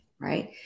Right